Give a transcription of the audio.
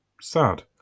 sad